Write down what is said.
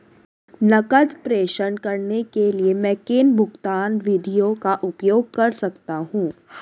नकद प्रेषण करने के लिए मैं किन भुगतान विधियों का उपयोग कर सकता हूँ?